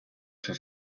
for